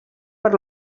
per